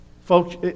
Folks